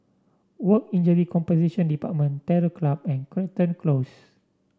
Work Injury Compensation Department Terror Club and Crichton Close